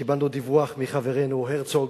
קיבלנו דיווח מחברנו הרצוג